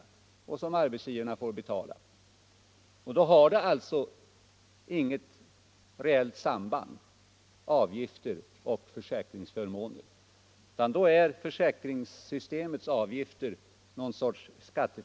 Hur stort det fria beloppet skall vara kan ju diskuteras.